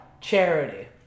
Charity